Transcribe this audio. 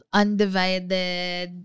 undivided